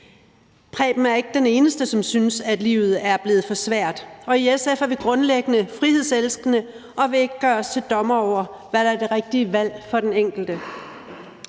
Preben er ikke den eneste, som synes, at livet er blevet for svært, og i SF er vi grundlæggende frihedselskende og vil ikke gøre os til dommer over, hvad der er det rigtige valg for den enkelte.